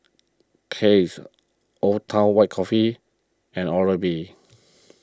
Kiehl's Old Town White Coffee and Oral B